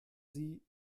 sie